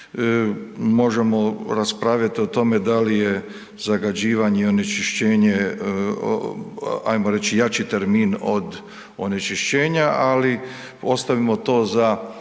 Možemo raspravljati o tome da li je zagađivanje i onečišćenje, ajmo reći jači termin od onečišćenja ali ostavimo to za